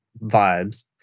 vibes